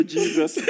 Jesus